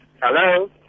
hello